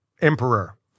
emperor